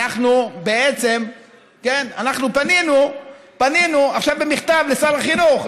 אנחנו פנינו עכשיו במכתב לשר החינוך,